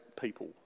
people